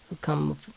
come